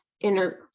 inner